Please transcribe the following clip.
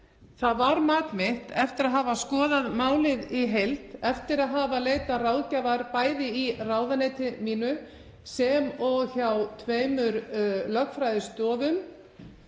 það var mat mitt eftir að hafa skoðað málið í heild, eftir að hafa leitað ráðgjafar bæði í ráðuneyti mínu sem og hjá tveimur lögfræðistofum,